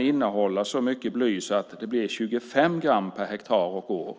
innehålla så mycket bly att det blir 25 gram per hektar och år.